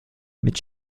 mit